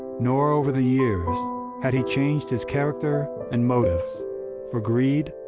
nor over the years had he changed his character and motives for greed,